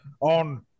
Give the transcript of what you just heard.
on